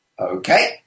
Okay